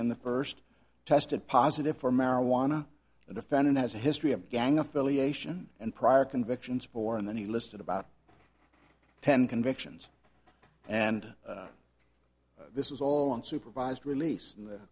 and the first tested positive for marijuana the defendant has a history of gang affiliation and prior convictions for and then he listed about ten convictions and this is all on supervised release